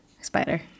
spider